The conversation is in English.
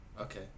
Okay